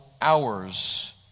hours